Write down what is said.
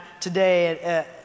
today